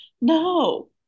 no